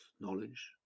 knowledge